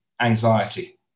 anxiety